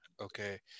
Okay